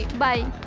bye.